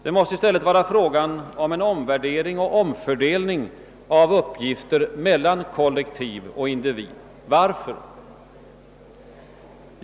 Det måste i stället vara fråga om en omvärdering och omfördelning av uppgifter mellan kollektiv och individ. Varför?